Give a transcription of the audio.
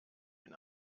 ich